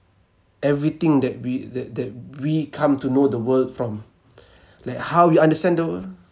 everything that we that that we come to know the world from like how we understand the world